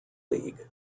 league